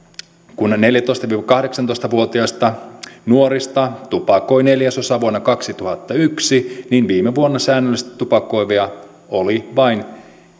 kun neljätoista viiva kahdeksantoista vuotiaista nuorista tupakoi neljäsosa vuonna kaksituhattayksi niin viime vuonna säännöllisesti tupakoivia oli vain